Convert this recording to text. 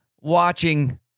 watching